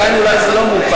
אולי זה עדיין לא מאוחר,